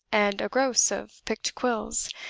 and a gross of picked quills,